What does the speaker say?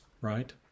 right